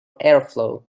airflow